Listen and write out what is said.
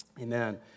Amen